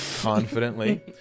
confidently